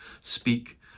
speak